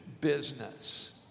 business